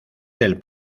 del